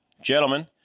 Gentlemen